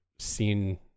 seen